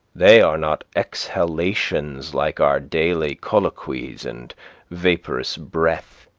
they are not exhalations like our daily colloquies and vaporous breath.